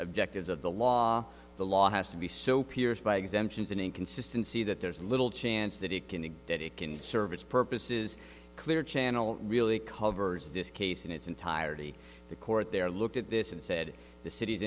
objectives of the law the law has to be so pierced by exemptions and inconsistency that there's little chance that it can and that it can serve its purposes clear channel really covers this case in its entirety the court there looked at this and said the city's